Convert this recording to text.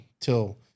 till